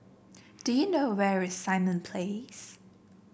do you know where is Simon Place